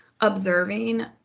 observing